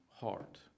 heart